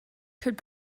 could